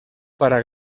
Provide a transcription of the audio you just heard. para